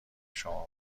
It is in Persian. شما